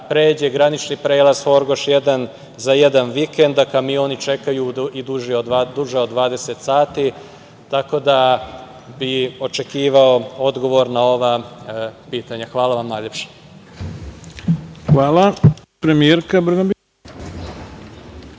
pređe granični prelaz Horgoš 1 za jedan vikend, a kamioni čekaju i duže od 20 sati, tako da bih očekivao odgovor na ovo pitanja. Hvala vam najlepše. **Ivica